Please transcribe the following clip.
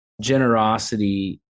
generosity